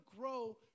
grow